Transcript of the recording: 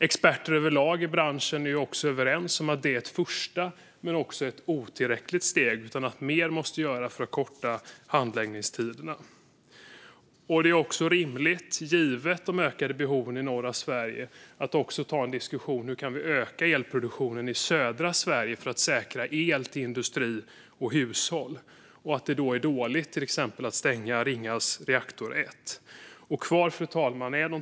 Experter överlag i branschen är överens om att detta är ett första men otillräckligt steg och att mer måste göras för att korta handläggningstiderna. Givet de ökade behoven i norra Sverige är det också rimligt att ta en diskussion om hur vi kan öka elproduktionen i södra Sverige för att säkra el till industri och hushåll. Det är till exempel dåligt att stänga Ringhals reaktor 1. Fru talman! De två frågorna kvarstår.